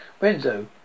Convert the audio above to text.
Renzo